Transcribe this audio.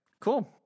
Cool